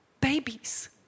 babies